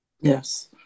Yes